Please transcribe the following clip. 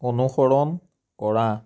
অনুসৰণ কৰা